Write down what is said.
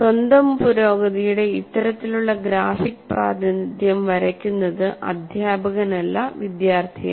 സ്വന്തം പുരോഗതിയുടെ ഇത്തരത്തിലുള്ള ഗ്രാഫിക് പ്രാതിനിധ്യം വരയ്ക്കുന്നത് അധ്യാപകനല്ല വിദ്യാർത്ഥിയാണ്